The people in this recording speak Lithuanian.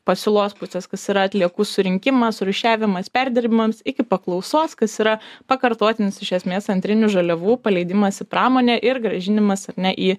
pasiūlos pusės kas yra atliekų surinkimas surūšiavimas perdirbimams iki paklausos kas yra pakartotinis iš esmės antrinių žaliavų paleidimas į pramonę ir grąžinimas ne į